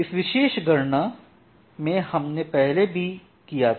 इस विशेष गणना को हमने पहले भी किया था